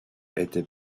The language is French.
était